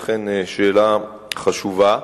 אכן שאלה חשובה.